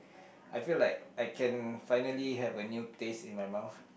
I feel like I can finally have a new taste in my mouth